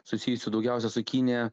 susijusių daugiausiai su kinija